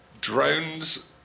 Drones